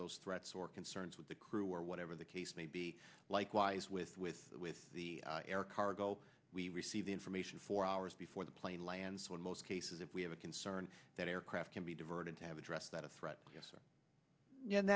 those threats or concerns with the crew or whatever the case may be likewise with with with the air cargo we receive the information for hours before the plane lands so in most cases if we have a concern that aircraft can be diverted to have address that a threat yes